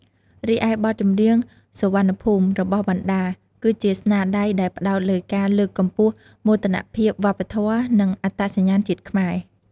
រីឯបទចម្រៀង "សុវណ្ណភូមិ"របស់វណ្ណដា គឺជាស្នាដៃដែលផ្តោតលើការលើកកម្ពស់មោទនភាពវប្បធម៌ និងអត្តសញ្ញាណជាតិខ្មែរ។